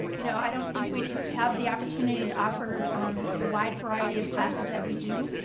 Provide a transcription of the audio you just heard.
you know i don't think we'd have the opportunity to offer the wide variety of classes that we do.